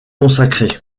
consacrés